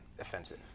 offensive